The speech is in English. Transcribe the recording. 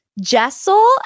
Jessel